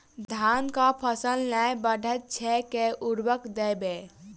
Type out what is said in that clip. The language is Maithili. धान कऽ फसल नै बढ़य छै केँ उर्वरक देबै?